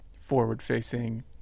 forward-facing